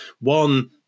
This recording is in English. one